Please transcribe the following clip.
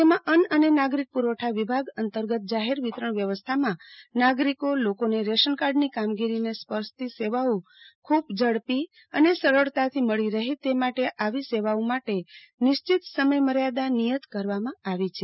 રાજ્યમાં અન્ન અને નાગરિક પુરવઠા વિભાગ અંતર્ગત જાહેર વિતરણ વ્યવસ્થામાં નાગરિકો લોકોને રેશનકાર્ડની કામગીરીને સ્પર્શતી સેવાઓ ખુબ ઝડપી અને સરળતાથી મળી રહે તે માટે આવી સેવાઓ માટે નિશ્વિત સમય મર્યાદા નિયત કરવામાં આવી છે